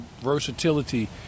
versatility